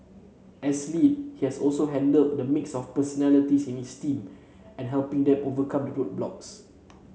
as lead he has also handle the mix of personalities in his team and helping them overcome the roadblocks